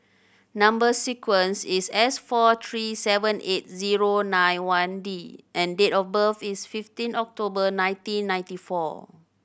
number sequence is S four three seven eight zero nine one D and date of birth is fifteen October nineteen ninety four